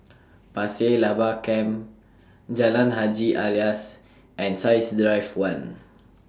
Pasir Laba Camp Jalan Haji Alias and Science Drive one